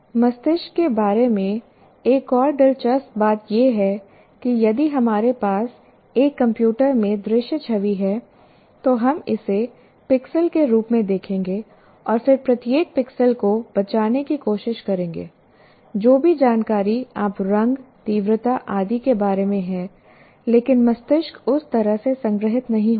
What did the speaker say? मस्तिष्क के बारे में एक और दिलचस्प बात यह है कि यदि हमारे पास एक कंप्यूटर में दृश्य छवि है तो हम इसे पिक्सेल के रूप में देखेंगे और फिर प्रत्येक पिक्सेल को बचाने की कोशिश करेंगे जो भी जानकारी आप रंग तीव्रता आदि के बारे में है लेकिन मस्तिष्क उस तरह से संग्रहीत नहीं होता है